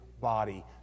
body